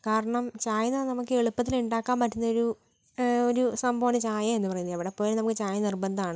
കാരണം ചായാന്നാ നമുക്ക് എളുപ്പത്തിൽ ഉണ്ടാക്കാൻ പറ്റുന്ന ഒരു ഒരു സംഭവമാണ് ചായ എന്ന് പറയുന്നത് എവിടെ പോയാലും നമുക്ക് ചായ നിർബന്ധമാണ്